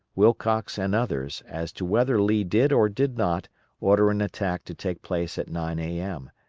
wilcox, and others as to whether lee did or did not order an attack to take place at nine a m,